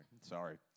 Sorry